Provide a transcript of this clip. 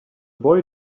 boy